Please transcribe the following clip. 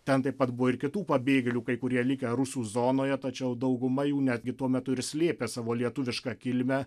ten taip pat buvo ir kitų pabėgėlių kai kurie likę rusų zonoje tačiau dauguma jų netgi tuo metu ir slėpė savo lietuvišką kilmę